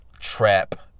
Trap